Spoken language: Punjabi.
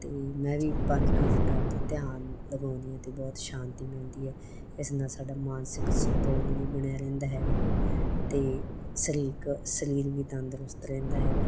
ਅਤੇ ਮੈਂ ਵੀ ਪੰਜ ਕੁ ਮਿੰਟ ਆਪਦਾ ਧਿਆਨ ਲਗਾਉਂਦੀ ਹਾਂ ਤਾਂ ਬਹੁਤ ਸ਼ਾਂਤੀ ਮਿਲਦੀ ਹੈ ਇਸ ਨਾਲ ਸਾਡਾ ਮਾਨਸਿਕ ਸੰਤੁਲਨ ਵੀ ਬਣਿਆ ਰਹਿੰਦਾ ਹੈਗਾ ਅਤੇ ਸਲੀਕ ਸਰੀਰ ਵੀ ਤੰਦਰੁਸਤ ਰਹਿੰਦਾ ਹੈਗਾ